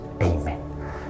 Amen